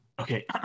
Okay